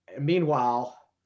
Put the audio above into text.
Meanwhile